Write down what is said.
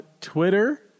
Twitter